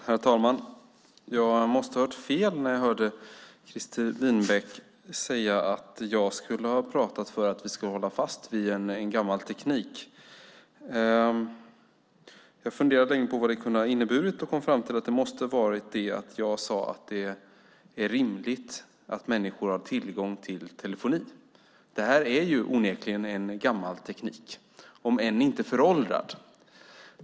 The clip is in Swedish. Herr talman! Jag måste ha hört fel när jag hörde Christer Winbäck säga att jag skulle ha pratat för att vi ska hålla fast vid en gammal teknik. Jag funderade länge på vad det kunde ha inneburit och kom fram till att det måste ha varit detta att jag sade att det är rimligt att människor har tillgång till telefoni. Det är onekligen en gammal teknik, om än inte föråldrad.